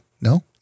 No